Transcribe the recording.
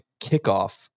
kickoff